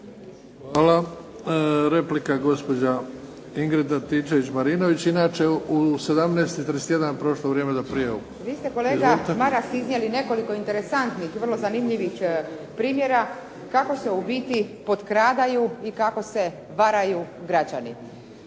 Hvala. Replika, gospođa Ingrid Antičević-Marinović. Inače u 17,31 prošlo vrijeme za prijavu. **Antičević Marinović, Ingrid (SDP)** Vi ste kolega Maras iznijeli nekoliko interesantnih i vrlo zanimljivih primjera kako se u biti potkradaju i kako se varaju građani.